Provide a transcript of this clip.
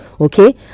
Okay